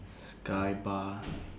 sky bar